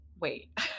wait